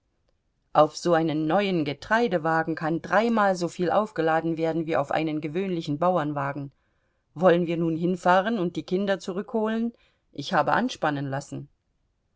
auf so einen neuen getreidewagen kann dreimal soviel aufgeladen werden wie auf einen gewöhnlichen bauernwagen wollen wir nun hinfahren und die kinder zurückholen ich habe anspannen lassen